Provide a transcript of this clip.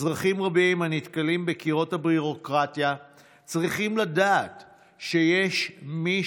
אזרחים רבים הנתקלים בקירות הביורוקרטיה צריכים לדעת שיש מי